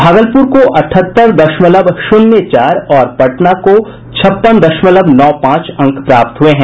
भागलपुर को अठहत्तर दशमलव शून्य चार और पटना को छप्पन दशमलव नौ पांच अंक प्राप्त हुये हैं